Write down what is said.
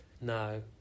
no